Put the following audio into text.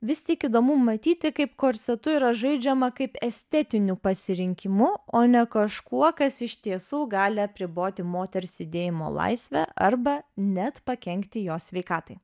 vis tik įdomu matyti kaip korsetu yra žaidžiama kaip estetiniu pasirinkimu o ne kažkuo kas iš tiesų gali apriboti moters judėjimo laisvę arba net pakenkti jos sveikatai